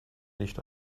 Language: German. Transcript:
nicht